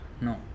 No